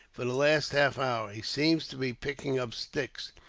for the last half hour. he seems to be picking up sticks,